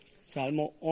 Salmo